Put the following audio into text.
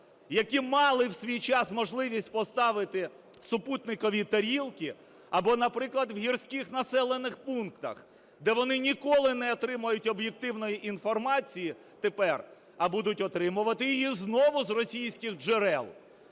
які мали в свій час можливість поставити супутникові тарілки, або, наприклад, в гірських населених пунктах, де вони ніколи не отримають об'єктивної інформації тепер, а будуть отримувати її знову з російських джерел?